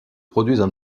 produisent